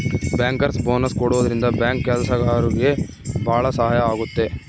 bankers bonus ಕೊಡೋದ್ರಿಂದ bank ಕೆಲ್ಸಗಾರ್ರಿಗೆ ಭಾಳ ಸಹಾಯ ಆಗುತ್ತೆ